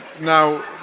Now